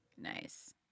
Nice